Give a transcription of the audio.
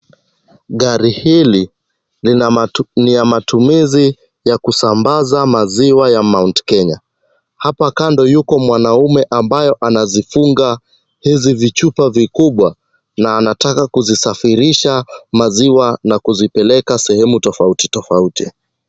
Gari hili lina, ni ya matumizi ya kusambaza maziwa ya Mt Kenya. Hapa kando yuko mwanaume ambayo anazifunga hizi vichupa vikubwa na anataka kuzisafirisha maziwa na kuzipeleka sehemu tofauti tofauti.